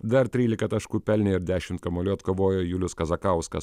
dar trylika taškų pelnė ir dešimt kamuolių atkovojo julius kazakauskas